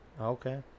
Okay